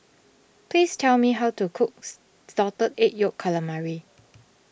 please tell me how to cooks Salted Egg Yolk Calamari